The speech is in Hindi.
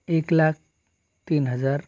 एक लाख तीन हजार